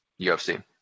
UFC